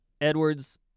Edwards